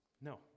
No